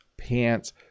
pants